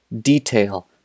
detail